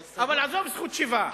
ההסתייגות, אבל עזוב זכות שיבה.